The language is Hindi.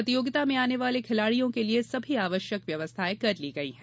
प्रतियोगिता में आने वाले खिलाड़ियों के लिए सभी आवश्यक व्यवस्थाएं कर ली गई है